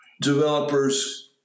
developers